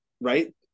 right